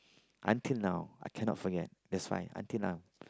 until now I cannot forget that's why until now